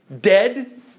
Dead